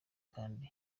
kandi